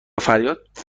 فریاد